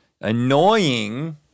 Annoying